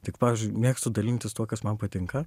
tik pavyzdžiui mėgstu dalintis tuo kas man patinka